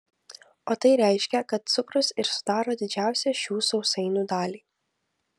o tai reiškia kad cukrus ir sudaro didžiausią šių sausainių dalį